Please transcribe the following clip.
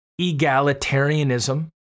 egalitarianism